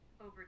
over